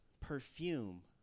perfume